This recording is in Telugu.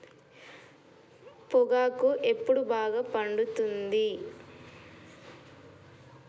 పొగాకు ఎప్పుడు బాగా పండుతుంది?